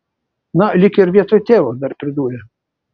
na lyg ir vietoj tėvo dar pridūrė